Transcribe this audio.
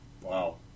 Wow